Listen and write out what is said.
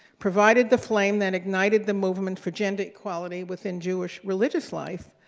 provided the flame that ignited the movement for gender equality within jewish religious life.